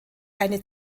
eine